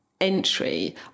entry